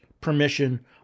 permission